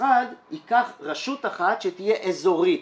המשרד ייקח רשות אחת שתהיה אזורית.